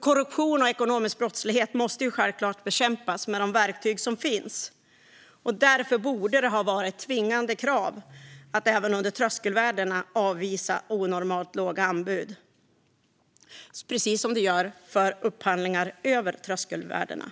Korruption och ekonomisk brottslighet måste självklart bekämpas med de verktyg som finns. Därför borde det ha varit ett tvingande krav att även under tröskelvärdena avvisa onormalt låga anbud, precis som det är för upphandlingar över tröskelvärdena.